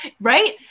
Right